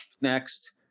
next